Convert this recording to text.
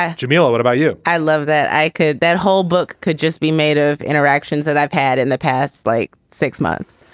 jamila, what about you? i love that i could. that whole book could just be made of interactions that i've had in the past like six months.